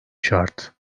şart